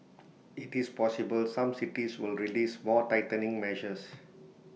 IT is possible some cities will release more tightening measures